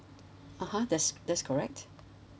(uh huh) that's that's correct